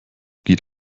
geht